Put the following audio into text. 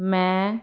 ਮੈਂ